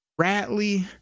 Ratley